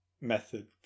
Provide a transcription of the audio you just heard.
Method